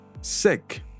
sick